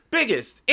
biggest